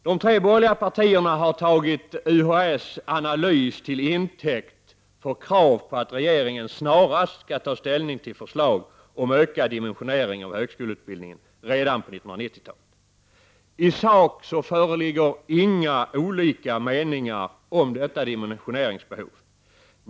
De tre borgerliga partierna har tagit UHÄ:s analys till intäkt för krav på att regeringen snarast skall ta ställning till förslag om ökad dimensionering av högskoleutbildningen redan på 1990-talet. I sak föreligger inga olika meningar om dimensioneringsbehovet.